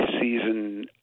season